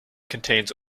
contains